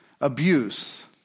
abuse